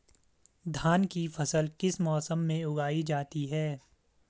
धान की फसल किस मौसम में उगाई जाती है?